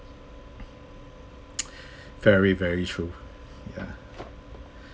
very very true ya